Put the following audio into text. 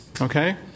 Okay